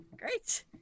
Great